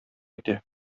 итә